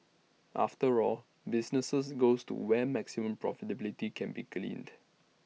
after all businesses goes to where maximum profitability can be gleaned